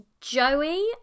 Joey